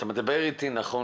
אתה מדבר על נכון